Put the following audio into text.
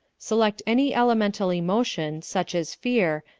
select any elemental emotion, such as fear,